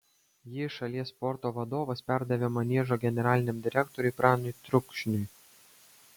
jį šalies sporto vadovas perdavė maniežo generaliniam direktoriui pranui trukšniui